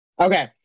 Okay